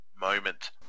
moment